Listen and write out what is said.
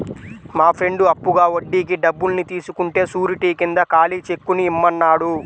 మా ఫ్రెండు అప్పుగా వడ్డీకి డబ్బుల్ని తీసుకుంటే శూరిటీ కింద ఖాళీ చెక్కుని ఇమ్మన్నాడు